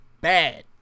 bad